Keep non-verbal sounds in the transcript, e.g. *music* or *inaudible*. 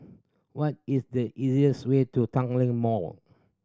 *noise* what is the easiest way to Tanglin Mall